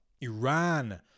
Iran